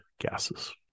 gases